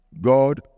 God